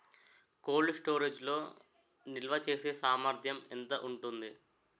Cold storage లో నిల్వచేసేసామర్థ్యం ఎంత ఉంటుంది?